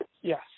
Yes